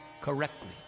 correctly